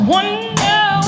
Wonder